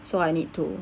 so I need to